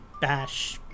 bash